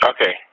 Okay